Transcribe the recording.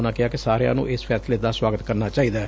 ਉਨੂਾ ੱਕਿਹਾ ਕਿ ਸਾਰਿਆਂ ਨੂੰ ਇਸ ਫੈਸਲੇ ਦਾ ਸੁਆਗਤ ਕਰਨਾ ਚਾਹੀਦੈ